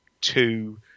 two